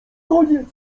koniec